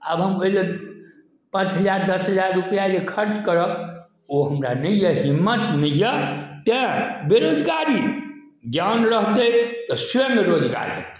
आब हम एहि लए पाँच हजार दस हजार रुपैआ जे खर्च करब ओ हमरा नहि अछि हिम्मत नहि यऽ तैं बेरोजगारी ज्ञान रहतै तऽ स्वयं रोजगार हेतै